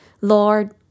Lord